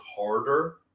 harder